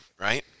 right